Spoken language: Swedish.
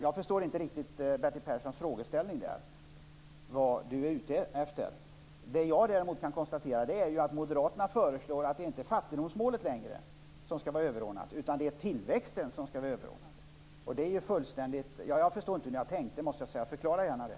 Jag förstår inte riktigt Bertil Perssons fråga kring fattigdomsbekämpning och vad han är ute efter. Moderaterna föreslår att det inte längre är fattigdomsmålet utan tillväxten som skall vara det överordnande. Jag förstår inte hur ni har tänkt, men förklara gärna det.